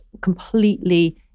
completely